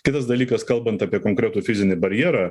kitas dalykas kalbant apie konkretų fizinį barjerą